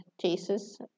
Jesus